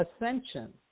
Ascension